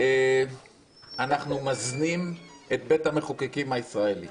אנחנו מזנים את בית המחוקקים הישראלי.